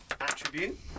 attribute